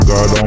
God